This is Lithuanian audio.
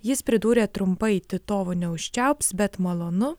jis pridūrė trumpai titovo neužčiaups bet malonu